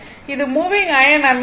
அது moving iron ammeter